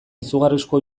izugarrizko